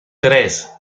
tres